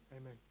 Amen